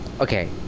Okay